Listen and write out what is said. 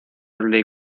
league